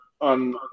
on